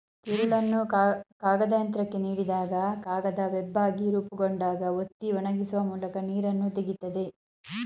ತಿರುಳನ್ನು ಕಾಗದಯಂತ್ರಕ್ಕೆ ನೀಡಿದಾಗ ಕಾಗದ ವೆಬ್ಬಾಗಿ ರೂಪುಗೊಂಡಾಗ ಒತ್ತಿ ಒಣಗಿಸುವ ಮೂಲಕ ನೀರನ್ನು ತೆಗಿತದೆ